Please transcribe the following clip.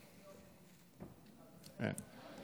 אין.